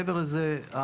מעבר לזה,